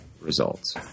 Results